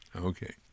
Okay